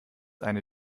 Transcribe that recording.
eine